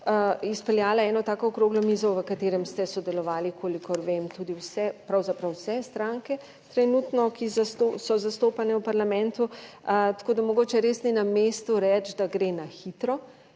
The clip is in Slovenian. izpeljala eno tako okroglo mizo, v katerem ste sodelovali, kolikor vem, tudi vse, pravzaprav vse stranke trenutno, ki so zastopane v parlamentu. Tako, da mogoče res ni na mestu reči, da gre na hitro